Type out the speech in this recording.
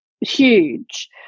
huge